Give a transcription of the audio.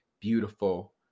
beautiful